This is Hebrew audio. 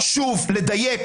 חשוב לדייק.